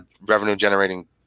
revenue-generating